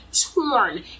torn